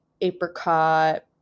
apricot